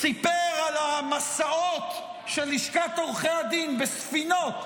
סיפר על המסעות של לשכת עורכי הדין בספינות,